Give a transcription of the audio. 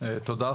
תודה.